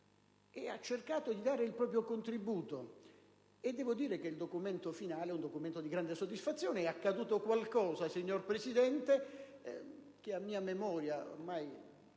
e ha cercato di dare il proprio contributo. Posso affermare che il documento finale è di grande soddisfazione. È accaduto qualcosa, signor Presidente, che a mia memoria - ormai